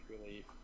relief